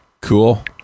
Cool